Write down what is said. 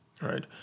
right